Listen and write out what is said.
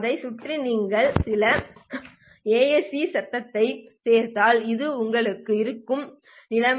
அதைச் சுற்றி நீங்கள் சில ஏஎஸ்இ சத்தத்தைச் சேர்த்தால் இது உங்களிடம் இருக்கும் நிலைமை